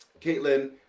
Caitlin